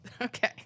Okay